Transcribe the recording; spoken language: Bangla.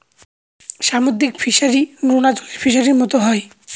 সামুদ্রিক ফিসারী, নোনা জলের ফিসারির মতো হয়